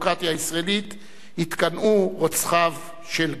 הישראלית התקנאו רוצחיו של גנדי.